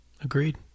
Agreed